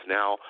now